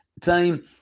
time